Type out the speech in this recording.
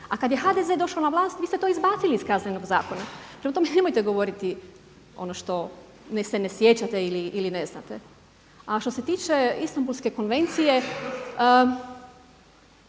A HDZ je došao na vlast vi ste to izbacili iz Kaznenog zakona, prema tome nemojte govoriti ono što se ne sjećate ili ne znate. A što se tiče Istambulske konvencije,